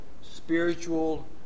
spiritual